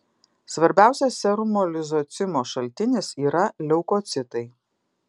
svarbiausias serumo lizocimo šaltinis yra leukocitai